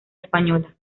española